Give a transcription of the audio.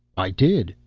i did.